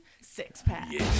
Six-pack